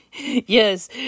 Yes